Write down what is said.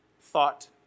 thought